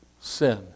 sin